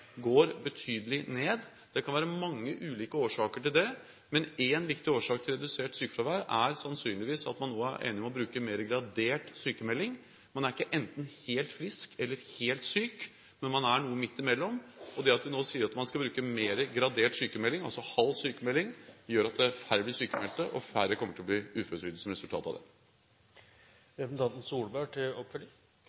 går betydelig ned. Det kan være mange ulike årsaker til det, men én viktig årsak til redusert sykefravær er sannsynligvis at man nå er enig om å bruke mer gradert sykmelding – man er ikke helt frisk eller helt syk, men noe midt imellom. Det at vi nå sier at man skal bruke mer gradert sykmelding, altså halv sykmelding, gjør at færre blir sykmeldte, og færre kommer til å bli uføretrygdet som resultat av det.